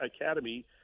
academy